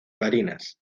barinas